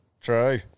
True